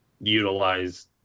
utilize